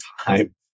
time